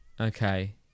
Okay